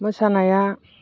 मोसानाया